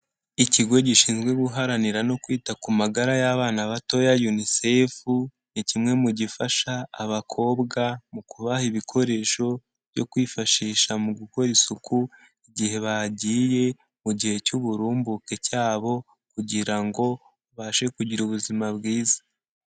Ikigo gishinzwe guharanira no kwita ku magara y'abana batoya UNICEF, ni kimwe mu gifasha abakobwa, mu kubaha ibikoresho byo kwifashisha mu gukora isuku, igihe bagiye mu gihe cy'uburumbuke cyabo kugira ngo babashe kugira ubuzima bwiza.